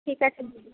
ঠিক আছে